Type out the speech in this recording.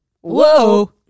Whoa